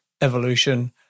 evolution